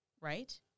right